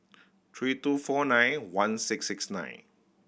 three two four nine one six six nine